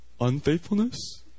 Unfaithfulness